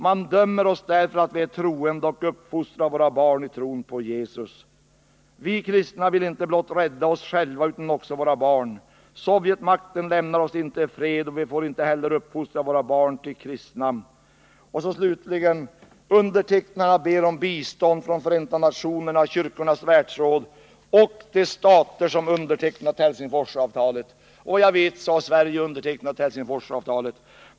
Man dömer oss därför att vi är troende och uppfostrar våra barn i tron på Jesus.——-— Vi kristna vill inte blott rädda oss själva utan också våra barn. Sovjetmakten lämnar oss inte i fred och vi får inte heller uppfostra våra barn till kristna.” Slutligen ber undertecknarna om bistånd från FN, Kyrkornas världsråd och de stater som undertecknat Helsingforsavtalet. Vad jag vet har Sverige undertecknat Helsingforsavtalet.